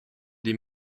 des